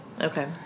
Okay